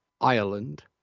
Ireland